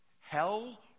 hell